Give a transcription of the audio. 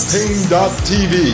Pain.tv